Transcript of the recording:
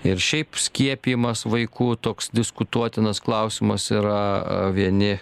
ir šiaip skiepijimas vaikų toks diskutuotinas klausimas yra vieni